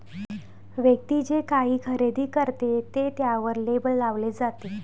व्यक्ती जे काही खरेदी करते ते त्यावर लेबल लावले जाते